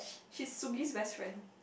she is Sugi's best friend